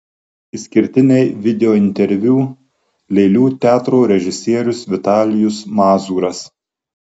išskirtiniai videointerviu lėlių teatro režisierius vitalijus mazūras